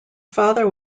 father